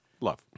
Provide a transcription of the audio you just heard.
Love